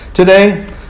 today